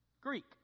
Greek